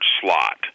slot